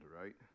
right